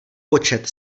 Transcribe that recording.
počet